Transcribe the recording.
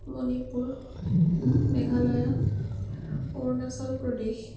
Manipur Meghalaya Arunachal Pradesh